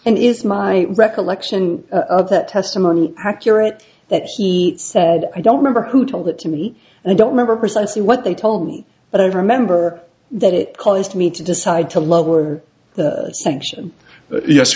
and is my recollection of that testimony accurate that he said i don't remember who told it to me and i don't member precisely what they told me but i remember that it caused me to decide to lower the section yes